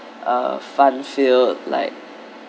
a fun-filled like